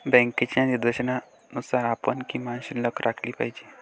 बँकेच्या निर्देशानुसार आपण किमान शिल्लक राखली पाहिजे